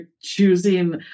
choosing